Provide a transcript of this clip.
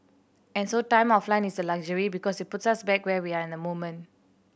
and so time offline is a luxury because it puts us back where we are in the moment